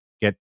get